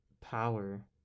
power